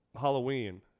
Halloween